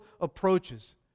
approaches